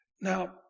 Now